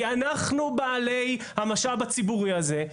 כי אנחנו בעלי המשאב הציבורי הזה.